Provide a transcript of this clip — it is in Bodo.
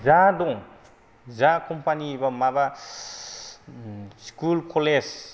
जा दं जा कम्पानि बा माबा स्कुल कलेज